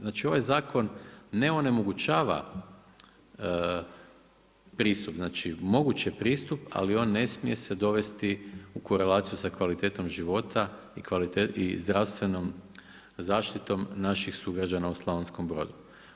Znači ovaj zakon ne onemogućava pristup, znači mogući pristup ali one ne smije se dovesti u korelaciju sa kvalitetom života i zdravstvenom zaštitom naših sugrađana u Slavonskom Brodu.